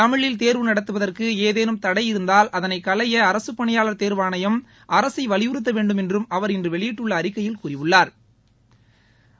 தமிழில் தேர்வு நடத்துவதற்கு ஏதேனும் தடை இருந்தால் அதனை களைய அரசுப் பணியாளர் தேர்வாணையம் அரசை வலியுறுத்த வேண்டும் என்றும் அவர் இன்று வெளியிட்ட அறிக்கையில் கூறியுள்ளா்